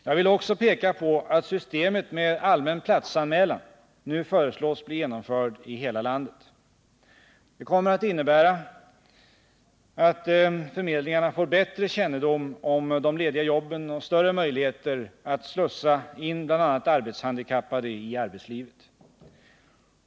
Jag vill också peka på att systemet med allmän platsanmälan nu föreslås bli genomfört i hela landet. Det kommer att innebära att förmedlingarna får bättre kännedom om de lediga jobben och större möjligheter att slussa in bl.a. arbetshandikappade i arbetslivet.